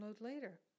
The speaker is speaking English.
later